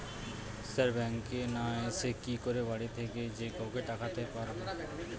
Sir ব্যাঙ্কে না এসে কি করে বাড়ি থেকেই যে কাউকে টাকা পাঠাতে পারবো?